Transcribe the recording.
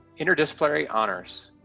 interdisciplinary honors.